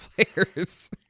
players